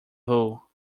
hull